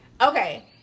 Okay